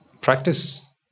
practice